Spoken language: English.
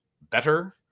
better